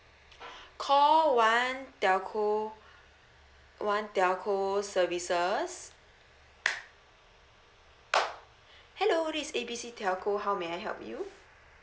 call one telco one telco services hello this is A B C telco how may I help you